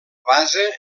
base